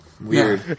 Weird